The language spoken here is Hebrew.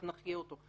אז נחיה אותו.